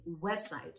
website